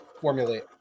formulate